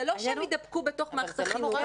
זה לא שהם יידבקו בתוך מערכת החינוך,